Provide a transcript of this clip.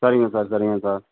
சரிங்க சார் சரிங்க சார்